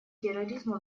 терроризму